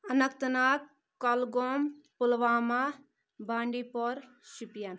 Anant Nag Kulgam Pulwama Bandipora Shopian